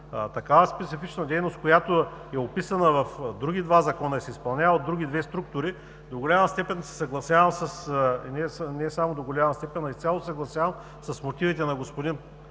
такава специфична дейност, която е описана в други два закона и се изпълнява от други две структури – изцяло се съгласявам с мотивите на господин